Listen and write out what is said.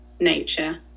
nature